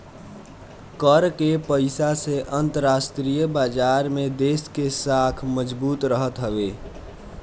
कर के पईसा से अंतरराष्ट्रीय बाजार में देस के साख मजबूत रहत हवे